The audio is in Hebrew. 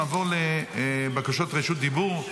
נעבור לבקשות רשות דיבור.